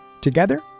Together